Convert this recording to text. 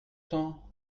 temps